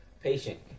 Patient